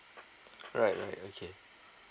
right right okay